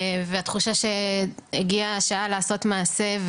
והתחושה שהגיעה השעה לעשות מעשה,